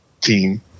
team